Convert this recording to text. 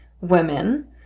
women